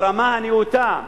ברמה הנאותה,